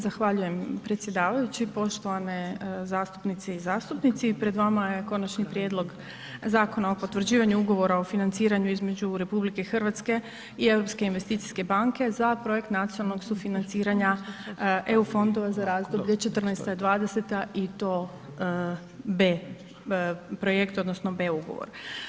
Zahvaljujem predsjedavajući, poštovane zastupnice i zastupnici pred vama je Konačni prijedlog Zakona o potvrđivanju Ugovora o financiranju između Republike Hrvatske i Europske investicijske banke za projekt nacionalnog sufinanciranja EU fondova za razdoblje '14. – '20. i to B projekt odnosno B ugovor.